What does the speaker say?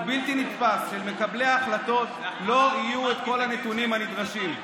ובלתי נתפס שלמקבלי ההחלטות לא יהיו את כל הנתונים הנדרשים.